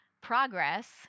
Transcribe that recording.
progress